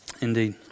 Indeed